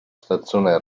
stazione